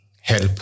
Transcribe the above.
help